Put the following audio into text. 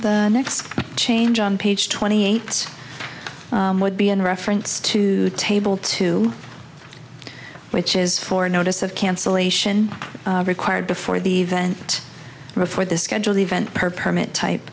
the next change on page twenty eight would be in reference to table two which is for notice of cancellation required before the event before the scheduled event per permit type